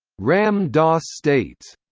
ram dass states,